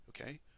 okay